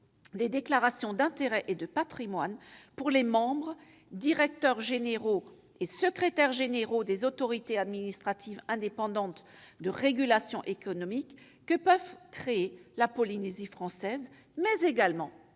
les déclarations d'intérêts et de patrimoine pour les membres, directeurs généraux et secrétaires généraux des autorités administratives indépendantes de régulation économique que peuvent créer non seulement la Polynésie française, mais également